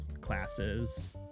classes